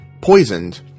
poisoned